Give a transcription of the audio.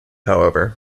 however